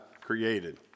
created